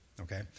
okay